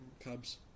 Cubs